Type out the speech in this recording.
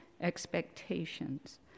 expectations